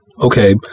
Okay